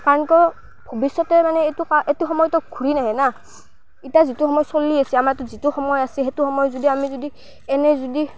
কাৰণ কিয় ভৱিষ্যতে মানে এইটো কা এইটো সময়টো ঘূৰি নাহে না এতিয়া যিটো সময় চলি আছে আমাৰ হাতত যিটো সময় আছে সেইটো সময় যদি আমি যদি এনেই যদি